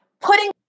putting